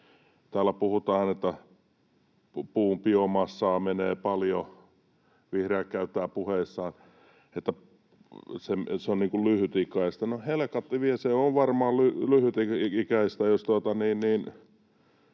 Täällä puhutaan, että puun biomassaa menee paljon, vihreät käyttävät puheissaan, että se on lyhytikäistä. No helkatti vie, se on varmaan lyhytikäistä,